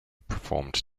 performed